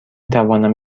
توانم